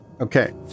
Okay